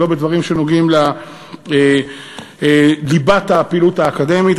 ולא בדברים שנוגעים לליבת הפעילות האקדמית.